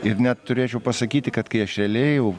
ir net turėčiau pasakyti kad kai aš realiai jau